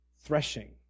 threshing